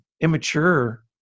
immature